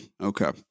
okay